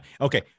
okay